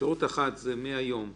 אפשרות אחת זה מהיום,